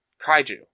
kaiju